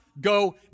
go